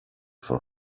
for